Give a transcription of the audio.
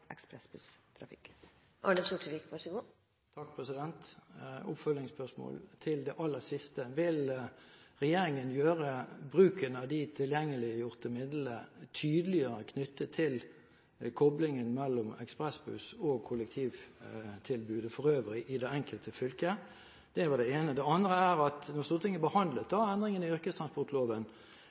oppfølgingsspørsmål til det aller siste: Vil regjeringen gjøre bruken av de tilgjengeliggjorte midlene tydeligere knyttet til koblingen mellom ekspressbuss og kollektivtilbudet for øvrig i det enkelte fylke? Det var det ene. Det andre er at da Stortinget behandlet Innst. L. nr. 303 for 2009–2010 om endringene i yrkestransportloven